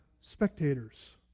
spectators